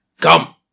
Come